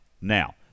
Now